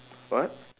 what